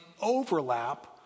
overlap